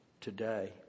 today